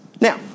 Now